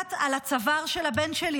מונחת על הצוואר של הבן שלי,